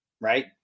right